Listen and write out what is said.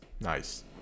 nice